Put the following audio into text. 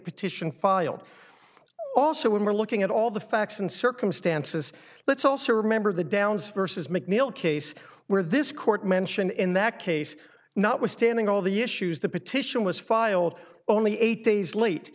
petition filed also when we're looking at all the facts and circumstances let's also remember the downs versus mcneil case where this court mentioned in that case notwithstanding all the issues the petition was filed only eight days late